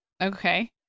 Okay